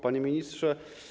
Panie Ministrze!